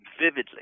vividly